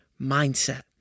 mindset